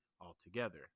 altogether